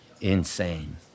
Insane